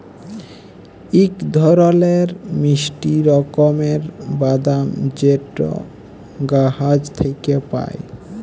ইক ধরলের মিষ্টি রকমের বাদাম যেট গাহাচ থ্যাইকে পায়